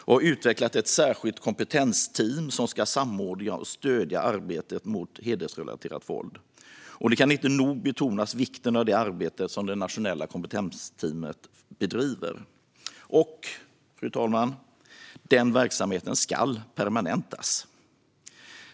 Där har man utvecklat ett särskilt kompetensteam som ska samordna och stödja arbetet mot hedersrelaterat våld. Jag kan inte nog betona vikten av det arbete som det nationella kompetensteamet bedriver. Och den verksamheten, fru talman, ska permanentas.